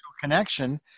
connection